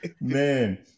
Man